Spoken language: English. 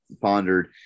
pondered